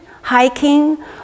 hiking